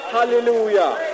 Hallelujah